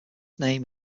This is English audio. name